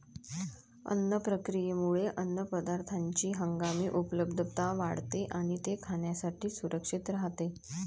अन्न प्रक्रियेमुळे अन्नपदार्थांची हंगामी उपलब्धता वाढते आणि ते खाण्यासाठी सुरक्षित राहते